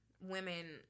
women